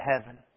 heaven